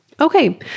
Okay